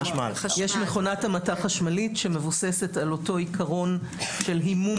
יש מכונת המתה חשמלית שמבוססת על אותו עיקרון של הימום